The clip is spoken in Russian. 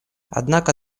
однако